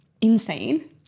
insane